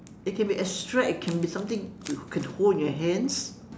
it can be abstract it can be something you can hold in your hands